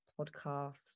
podcast